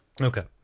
okay